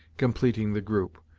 completing the group.